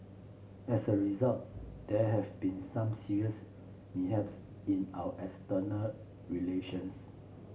as a result there have been some serious mishaps in our external relations